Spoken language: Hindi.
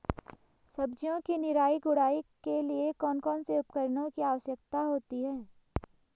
सब्जियों की निराई गुड़ाई के लिए कौन कौन से उपकरणों की आवश्यकता होती है?